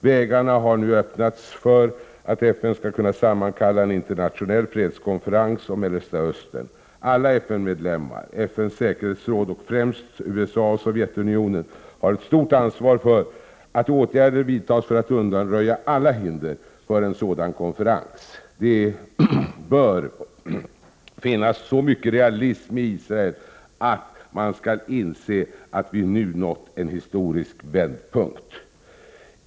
Vägarna har nu öppnats för att FN skall kunna sammankalla en internationell fredskonferens om Mellersta Östern. Alla FN-medlemmar, FN:s säkerhetsråd och främst USA och Sovjetunionen, har ett stort ansvar för att åtgärder vidtas för att undanröja alla hinder för en sådan konferens. Det bör finnas så mycket realism i Israel att man inser att vi nu nått en historisk vändpunkt.